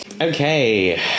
Okay